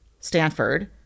Stanford